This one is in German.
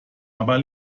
aber